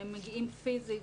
הם מגיעים פיזית.